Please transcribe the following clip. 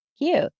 Cute